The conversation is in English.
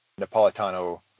Napolitano